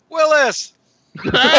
Willis